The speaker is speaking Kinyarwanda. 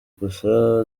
gusa